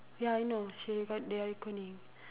ya I know she got the recording